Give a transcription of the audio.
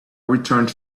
returned